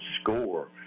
score